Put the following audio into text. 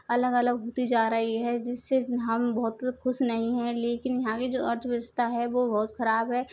अलग अलग होती जा रही है जिससे हम बहुत खुश नहीं है लेकिन यहाँ की जो अर्थव्यवस्था है वो बहुत खराब है